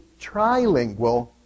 trilingual